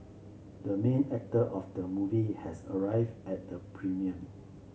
the main actor of the movie has arrived at the premiere